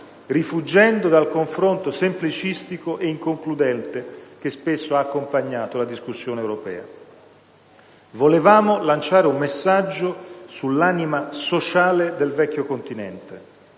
rifuggendo dal confronto semplicistico e inconcludente che spesso ha accompagnato la discussione europea. Volevamo lanciare un messaggio sull'anima sociale del vecchio Continente.